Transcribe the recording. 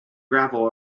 gravel